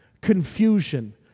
confusion